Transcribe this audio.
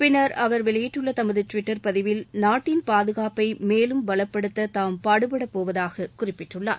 பின்னர் அவர் தனது டிவிட்டர் பதிவில் நாட்டின் பாதுகாப்பை மேலும் பலப்படுத்த தாம் பாடுபடப்போவதாக குறிப்பிட்டுள்ளார்